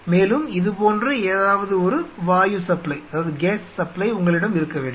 மேலும் இது போன்ற ஏதாவது ஒரு வாயு சப்ளை உங்களிடம் இருக்க வேண்டும்